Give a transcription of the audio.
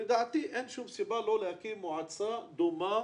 לדעתי אין שום סיבה לא להקים מועצה דומה,